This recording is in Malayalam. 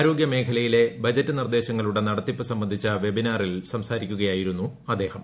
ആരോഗൃമേഖലയിലെ ബജറ്റ് നിർദ്ദേശങ്ങളുടെ നടത്തിപ്പ് സംബന്ധിച്ച വെബിനാറിൽ സംസാരിക്കുകയായിരുന്നു അദ്ദേഹം